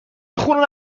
خونه